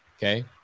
Okay